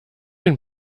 den